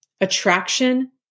Attraction